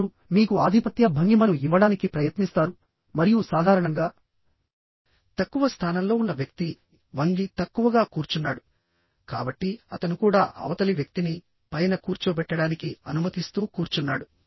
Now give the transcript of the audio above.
వారు మీకు ఆధిపత్య భంగిమను ఇవ్వడానికి ప్రయత్నిస్తారు మరియు సాధారణంగా తక్కువ స్థానంలో ఉన్న వ్యక్తి వంగి తక్కువగా కూర్చున్నాడు కాబట్టి అతను కూడా అవతలి వ్యక్తిని పైన కూర్చోబెట్టడానికి అనుమతిస్తూ కూర్చున్నాడు